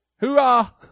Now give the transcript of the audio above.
Hoorah